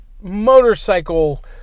motorcycle